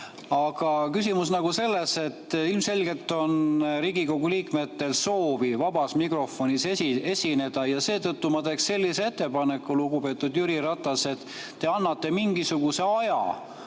Aga küsimus on selles, et ilmselgelt on Riigikogu liikmetel soovi vabas mikrofonis [sõnavõtuga] esineda. Seetõttu ma teeks sellise ettepaneku, lugupeetud Jüri Ratas, et te annate mingisuguse aja